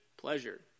pleasure